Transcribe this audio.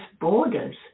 borders